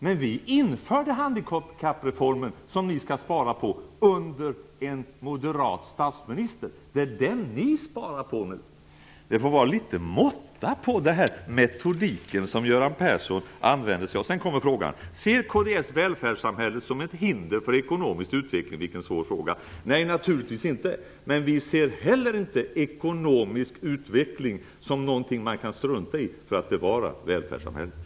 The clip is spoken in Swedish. Men vi införde handikappreformen under en moderat statsminister, och det är den reformen som ni nu skall spara på. Det får vara litet måtta på metodiken som Göran Persson använder sig av! Till sist kommer frågan: Ser kds välfärdssamhället som ett hinder för ekonomisk utveckling? Vilken svår fråga! Nej, naturligtvis inte. Men vi ser heller inte ekonomisk utveckling som någonting man kan strunta i om man vill bevara välfärdssamhället.